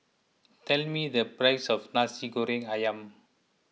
tell me the price of Nasi Goreng Ayam